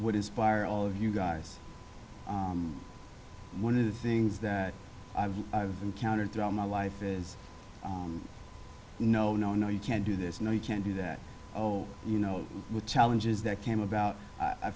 what inspired all of you guys one of the things that i've encountered throughout my life is no no no you can't do this no you can't do that oh you know with challenges that came about i